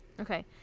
okay